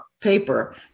paper